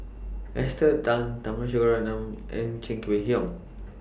Esther Tan Tharman Shanmugaratnam and Cheng Wai Keung